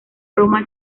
roma